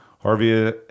Harvey